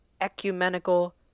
ecumenical